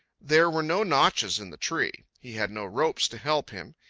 there were no notches in the tree. he had no ropes to help him.